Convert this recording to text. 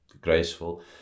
graceful